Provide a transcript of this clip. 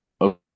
okay